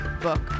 book